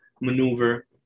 maneuver